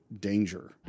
danger